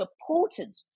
supported